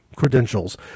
credentials